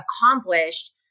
accomplished